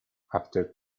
after